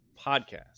podcast